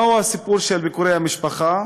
מהו הסיפור של ביקורי המשפחה?